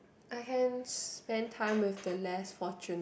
I can spend time with the less fortunate